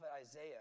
Isaiah